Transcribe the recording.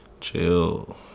Chill